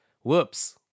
whoops